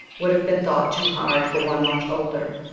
would have been thought too hard for one much older.